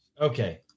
okay